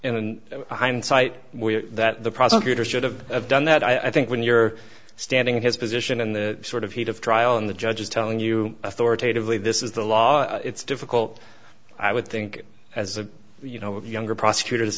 and in hindsight that the prosecutor should have done that i think when you're standing in his position in the sort of heat of trial and the judge is telling you authoritatively this is the law it's difficult i would think as a you know younger prosecutor